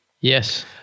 Yes